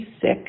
sick